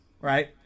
right